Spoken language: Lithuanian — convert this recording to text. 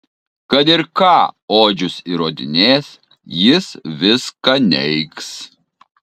kad ir ką odžius įrodinės jis viską neigs